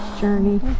journey